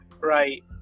right